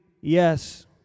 yes